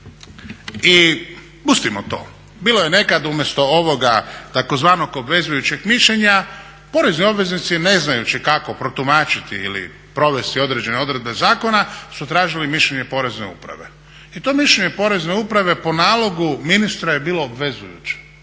I pustimo to, bilo je nekad umjesto ovoga tzv. obvezujućeg mišljenja, porezni obveznici ne znajući kao protumačiti ili provesti određene odredbe zakona su tražili mišljenje porezne uprave. I to mišljenje porezne uprave po nalogu ministra je bilo obvezujuće.